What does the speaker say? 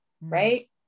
right